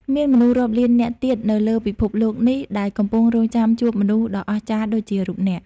មានមនុស្សរាប់លាននាក់ទៀតនៅលើពិភពលោកនេះដែលកំពុងរង់ចាំជួបមនុស្សដ៏អស្ចារ្យដូចជារូបអ្នក។